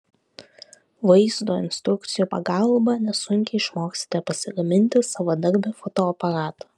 vaizdo instrukcijų pagalba nesunkiai išmoksite pasigaminti savadarbį fotoaparatą